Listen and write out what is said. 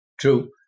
true